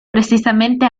precisamente